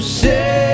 say